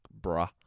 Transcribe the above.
bruh